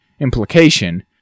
implication